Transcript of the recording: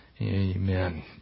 Amen